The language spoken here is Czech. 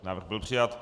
Návrh byl přijat.